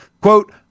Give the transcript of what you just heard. quote